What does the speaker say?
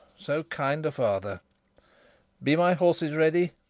so kind a father be my horses ready?